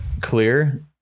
clear